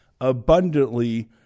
abundantly